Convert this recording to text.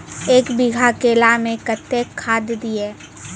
एक बीघा केला मैं कत्तेक खाद दिये?